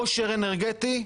עושר אנרגטי,